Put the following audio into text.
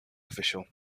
official